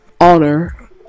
honor